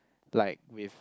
like with